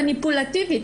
היא מניפולטיבית,